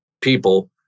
people